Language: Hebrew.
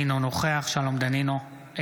אינו נוכח שלום דנינו,